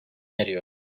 eriyor